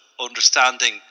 understanding